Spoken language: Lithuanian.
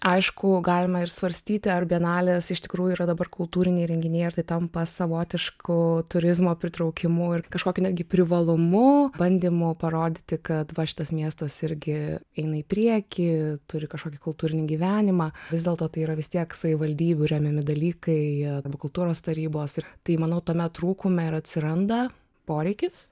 aišku galima ir svarstyti ar bienalės iš tikrųjų yra dabar kultūriniai renginiai ar tai tampa savotišku turizmo pritraukimu ir kažkokiu netgi privalumu bandymu parodyti kad va šitas miestas irgi eina į priekį turi kažkokį kultūrinį gyvenimą vis dėlto tai yra vis tiek savivaldybių remiami dalykai arba kultūros tarybos tai manau tame trūkume ir atsiranda poreikis